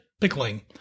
pickling